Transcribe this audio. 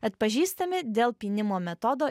atpažįstami dėl pynimo metodo